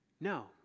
No